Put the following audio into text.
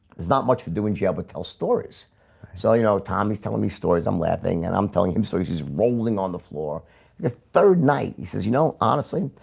it's not much for doing jail, but tell stories so, you know, tommy's telling me stories i'm laughing and i'm telling him so he's he's rolling on the floor the third night he says, you know, honestly,